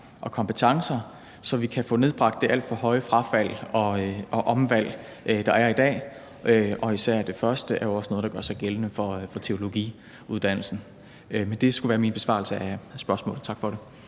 og kompetencer, så vi kan få nedbragt det alt for høje frafald og omvalg, der er i dag. Og især det første er jo også noget, der gør sig gældende for teologiuddannelsen. Det skulle være min besvarelse af spørgsmålet. Tak for det.